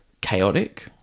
chaotic